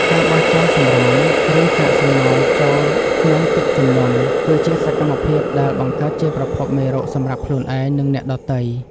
ការបោះចោលសម្រាម ឬកាកសំណល់ចូលក្នុងទឹកជំនន់គឺជាសកម្មភាពដែលបង្កើតជាប្រភពមេរោគសម្រាប់ខ្លួនឯង និងអ្នកដទៃ។